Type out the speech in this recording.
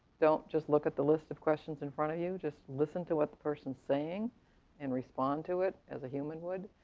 don't just look at the list of questions in front of you, just listen to what the person's saying and respond to it as a human would.